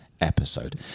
episode